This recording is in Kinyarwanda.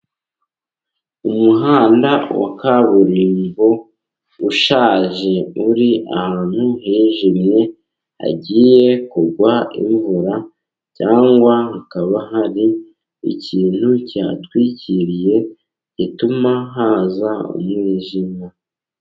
Umuhanda wa kaburimbo ushaje, uri ahantu hijimye, hagiye kugwa imvura, cyangwa hakaba hari ikintu kihatwikiriye gituma haza umwijima.